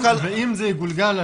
ואם זה יגולגל,